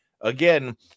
again